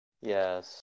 Yes